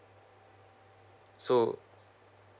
so